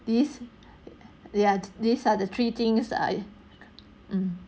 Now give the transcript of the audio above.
this ya these are the three things I mm